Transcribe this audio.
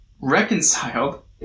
reconciled